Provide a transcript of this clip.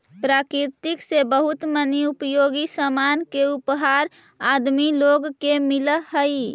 प्रकृति से बहुत मनी उपयोगी सामान के उपहार आदमी लोग के मिलऽ हई